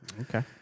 Okay